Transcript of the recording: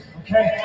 okay